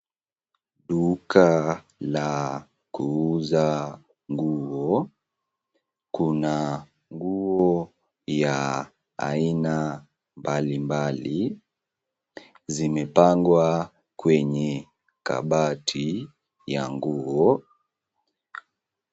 Duka la kuuza nguo. Kuna nguo za aina mbalimbali zimepangwa kwenye kabati ya nguo.